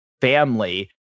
family